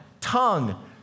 tongue